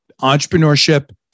entrepreneurship